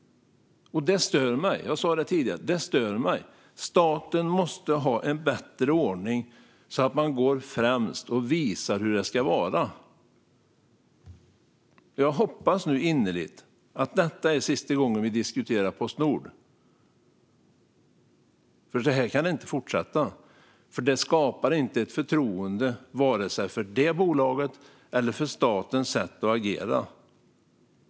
Det stör mig, som jag sa tidigare. Staten måste ha en bättre ordning så att man går främst och visar hur det ska vara. Jag hoppas nu innerligt att detta är sista gången vi diskuterar Postnord. Så här kan det inte fortsätta. Det skapar inte ett förtroende vare sig för det bolaget eller för statens sätt att agera.